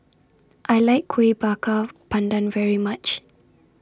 I like Kuih Bakar Pandan very much